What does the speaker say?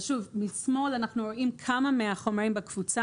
במצגת משמאל אנחנו רואים כמה מהחומרים בקבוצה